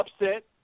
upset